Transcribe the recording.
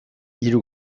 hiru